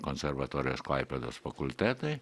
konservatorijos klaipėdos fakultetai